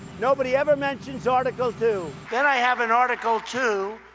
nobody ever mentions article two. then, i have an article two,